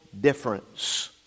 difference